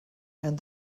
and